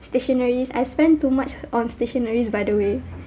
stationeries I spend too much on stationaries by the way